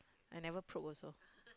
I never probe also